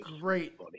great